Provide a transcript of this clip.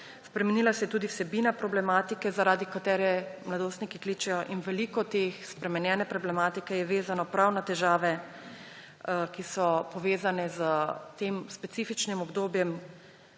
Spremenila se je tudi vsebina problematike, zaradi katere mladostniki kličejo, in veliko te spremenjene problematike je vezano prav na težave, ki so povezane s tem specifičnim obdobjem